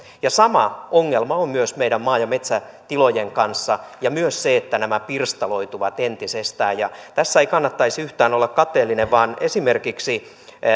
sama ongelma on myös meidän maa ja metsätilojen kanssa ja myös se että nämä pirstaloituvat entisestään tässä ei kannattaisi yhtään olla kateellinen vaan esimerkiksi